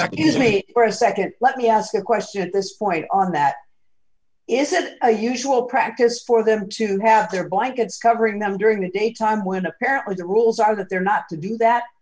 is me for a nd let me ask a question at this point on that is it a usual practice for them to have their blankets covering them during the daytime when apparently the rules are that they're not to do that